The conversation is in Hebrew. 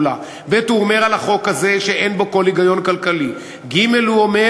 להתאהב במישהו ובשביל לגור עם מישהו ובשביל להקים